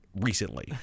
recently